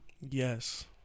Yes